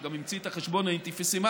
שגם המציא את החשבון האינפיניטסימלי,